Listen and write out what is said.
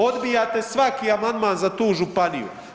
Odbijate svaki amandman za tu županiju.